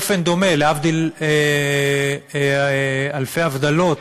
בדומה, להבדיל אלפי הבדלות,